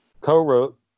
Co-wrote